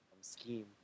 scheme